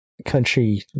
country